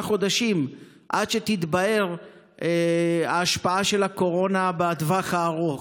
חודשים עד שתתבהר ההשפעה של הקורונה בטווח הארוך.